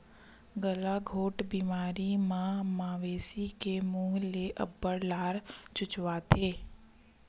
गलाघोंट बेमारी म मवेशी के मूह ले अब्बड़ लार चुचवाथे